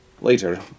Later